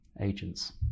agents